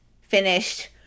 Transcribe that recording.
finished